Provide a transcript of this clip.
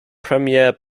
premiere